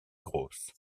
grosse